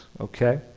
Okay